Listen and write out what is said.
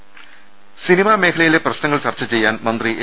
ദർശ്ശക്ക cinema മേഖലയിലെ പ്രശ്നങ്ങൾ ചർച്ച ചെയ്യാൻ മന്ത്രി എ